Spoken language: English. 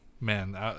Man